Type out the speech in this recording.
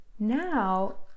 Now